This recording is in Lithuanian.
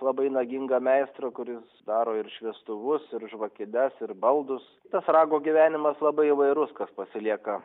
labai nagingą meistrą kuris daro ir šviestuvus ir žvakides ir baldus tas rago gyvenimas labai įvairus kas pasilieka